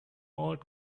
old